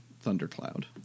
thundercloud